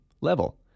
level